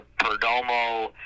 Perdomo